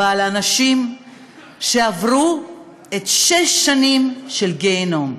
ועל האנשים שעברו שש שנים של גיהינום.